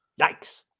Yikes